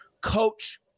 coach